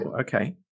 Okay